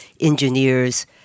engineers